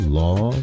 law